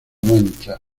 mancha